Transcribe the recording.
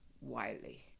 Wiley